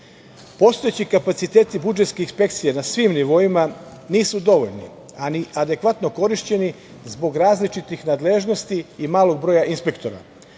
budžeta. Postojeći kapaciteti budžetske inspekcije na svim nivoima nisu dovoljni, a ni adekvatno korišćeni zbog različitih nadležnosti i malog broja inspektora.